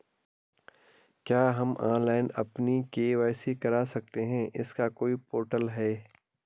क्या हम ऑनलाइन अपनी के.वाई.सी करा सकते हैं इसका कोई पोर्टल है?